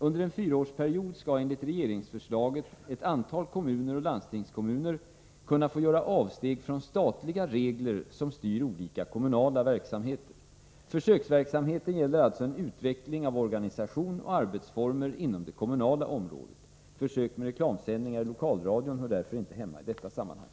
Under en fyraårsperiod skall enligt regeringsförslaget ett antal kommuner och landstingskommuner kunna få göra avsteg från statliga regler som styr olika kommunala verksamheter. Försöksverksamheten gäller alltså en utveckling av organisation och arbetsformer inom det kommunala området. Försök med reklamsändningar i lokalradion hör därför inte hemma i detta sammanhang.